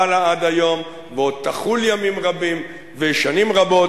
חלה עד היום ועוד תחול ימים רבים ושנים רבות.